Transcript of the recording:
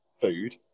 food